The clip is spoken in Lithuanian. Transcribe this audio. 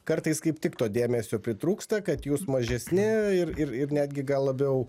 kartais kaip tik to dėmesio pritrūksta kad jūs mažesni ir ir ir netgi gal labiau